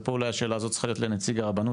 ופה אולי השאלה הזאת צריכה להיות לנציג הרבנות.